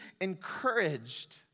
encouraged